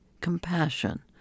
compassion